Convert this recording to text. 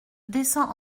descend